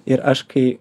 ir aš kai